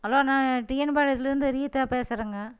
hello நான் TN பாளையத்துலந்து ரீத்தா பேசுறங்க